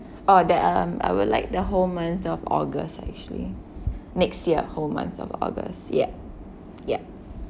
oh that um I would like the whole month of august actually next year whole month of august yeap yeap